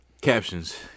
Captions